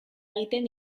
egiten